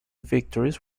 victories